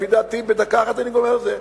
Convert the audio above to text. לפי דעתי בדקה אחת אני גומר את זה.